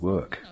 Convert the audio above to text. Work